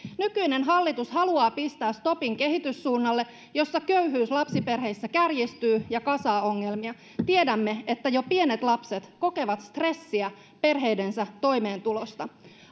nykyinen hallitus haluaa pistää stopin kehityssuunnalle jossa köyhyys lapsiperheissä kärjistyy ja kasaa ongelmia tiedämme että jo pienet lapset kokevat stressiä perheidensä toimeentulosta